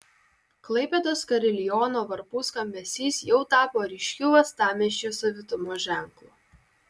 klaipėdos kariliono varpų skambesys jau tapo ryškiu uostamiesčio savitumo ženklu